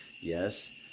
yes